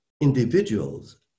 individuals